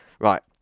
Right